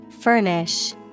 Furnish